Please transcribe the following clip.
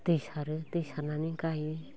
दै सारो दै सारनानै गायो